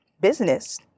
business